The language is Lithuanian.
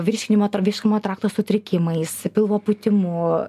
virškinimo virškinamojo trakto sutrikimais pilvo pūtimu